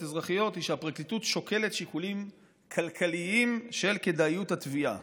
אזרחיות היא שהפרקליטות שוקלת שיקולים כלכליים של כדאיות התביעה,